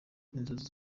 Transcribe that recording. inzozi